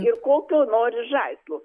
ir kokio nori žaislo